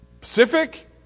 Pacific